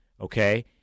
Okay